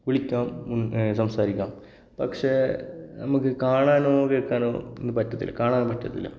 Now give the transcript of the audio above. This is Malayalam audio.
വിളിക്കാം സംസാരിക്കാം പക്ഷെ നമുക്ക് കാണാനോ കേൾക്കാനോ ഒന്നും പറ്റത്തില്ല കാണാനൊന്നും പറ്റത്തില്ല